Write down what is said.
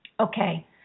Okay